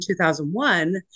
2001